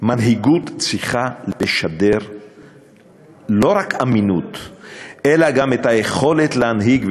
מנהיגות צריכה לשדר לא רק אמינות אלא גם את היכולת להנהיג,